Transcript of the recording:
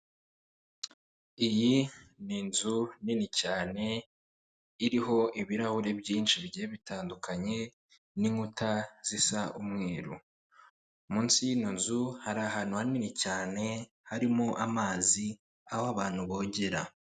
Iyi ni inzu nini cyane iriho ibirahuri byinshi bigiye bitandukanye n'inkuta zisa umweru, munsi y'ino nzu hari ahantu hanini cyane harimo amazi aho abantu bogera.